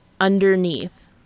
underneath